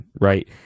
right